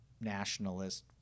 nationalist